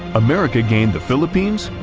america gained the philippines,